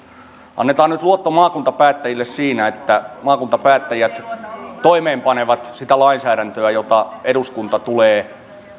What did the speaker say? annetaan nyt luotto maakuntapäättäjille siinä että maakuntapäättäjät toimeenpanevat sitä lainsäädäntöä jota eduskunta tulee